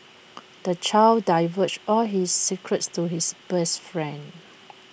the child divulged all his secrets to his best friend